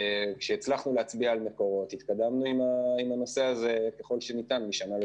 כשהצלחנו להצביע על מקורות התקדמנו עם הנושא הזה ככל שניתן משנה לשנה.